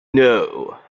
know